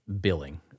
billing